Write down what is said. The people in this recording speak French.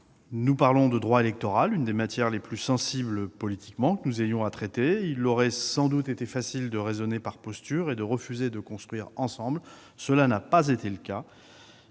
Nous parlons de droit électoral, l'une des matières les plus sensibles politiquement que nous ayons à traiter. Il aurait été facile de raisonner par postures et de refuser de construire ensemble : cela n'a pas été le cas.